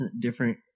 different